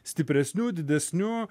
stipresniu didesniu